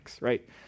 right